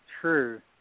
true